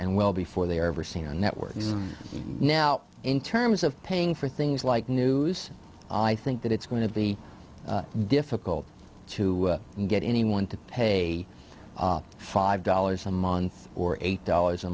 and well before they are ever seen on networks now in terms of paying for things like news i think that it's going to be difficult to get anyone to pay five dollars a month or eight dollars a